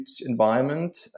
environment